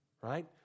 right